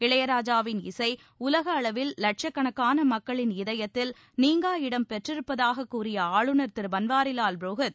இளையராஜாவின் இசை உலக அளவில் லட்சக்கணக்கான மக்களின் இதயத்தில் நீங்கா இடம் பெற்றிருப்பதாகக் கூறிய ஆளுநர் திரு பன்வாரிலால் புரோஹித்